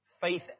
faith